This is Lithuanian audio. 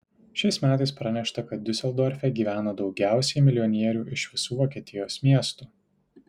šiais metais pranešta kad diuseldorfe gyvena daugiausiai milijonierių iš visų vokietijos miestų